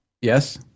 Yes